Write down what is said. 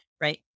right